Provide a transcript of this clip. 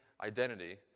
identity